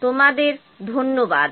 তোমাদের ধন্যবাদ